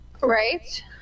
Right